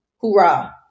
hoorah